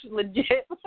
Legit